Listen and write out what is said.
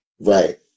Right